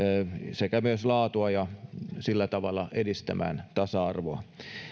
sekä myös laatua ja sillä tavalla edistämään tasa arvoa